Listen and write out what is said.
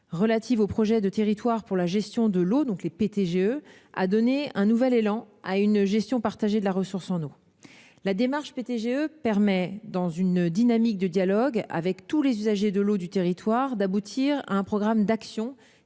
relative au projet de territoire pour la gestion de l'eau a donné un nouvel élan à une gestion partagée de la ressource en eau. La démarche PTGE permet, dans une dynamique de dialogue avec tous les usagers de l'eau du territoire, d'aboutir à un programme d'action